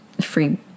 free